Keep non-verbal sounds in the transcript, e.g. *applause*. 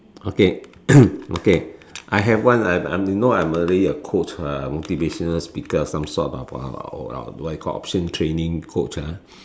okay *coughs* okay I have one I I'm you know I'm already a coach uh motivational speaker some sort of a a what do you call option training coach ah